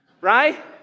right